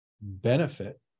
benefit